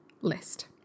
list